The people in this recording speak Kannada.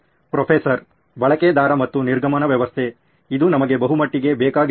ಪ್ರೊಫೆಸರ್ ಬಳಕೆದಾರ ಮತ್ತು ನಿರ್ಗಮನ ವ್ಯವಸ್ಥೆ ಇದು ನಮಗೆ ಬಹುಮಟ್ಟಿಗೆ ಬೇಕಾಗಿರುವುದು